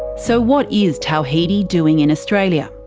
so what is tawhidi doing in australia?